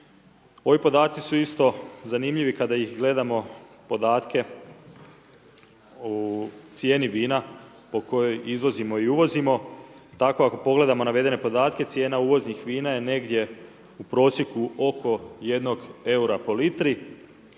Ovi podaci su isto zanimljivi, kada i gledamo podatke o cijeni vina po kojoj izvozimo i uvozimo, tako ako pogledamo navedene podatke, cijena uvoznih vina je negdje u prosjeku oko 1 eura po litri,